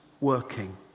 working